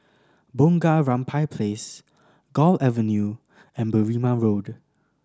Bunga Rampai Place Gul Avenue and Berrima Road